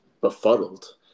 befuddled